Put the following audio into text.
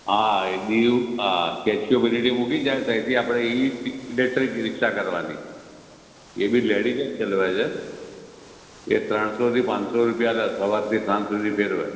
હા એ દીવ હા સ્ટેચ્યૂ ઓફ યુનિટી મૂકી જાય ત્યાંથી આપણે ઇલેક્ટ્રિક રિક્ષા કરવાની એ બી લેડીજ ચલાવે છે એ ત્રણસોથી પાંચસો રૂપિયા લે સવારથી સાંજ સુધી ફેરવે